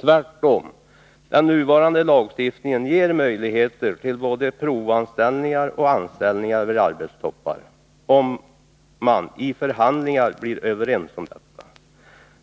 Tvärtom ger den nuvarande lagstiftningen möjligheter till både provanställningar och anställningar vid arbetstoppar, om man vid förhandlingarna blir överens om detta.